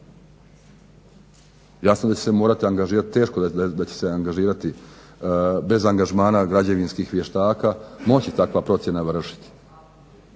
Jasno da će se morati angažirati, teško da će se angažirati bez angažmana građevinskih vještaka moći takva procjena vršiti.